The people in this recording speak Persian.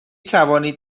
توانید